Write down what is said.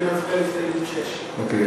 ונצביע על הסתייגות 6. אוקיי,